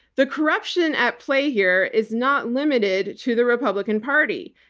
the corruption at play here is not limited to the republican party.